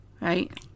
right